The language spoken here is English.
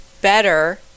better